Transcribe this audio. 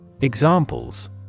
Examples